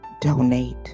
donate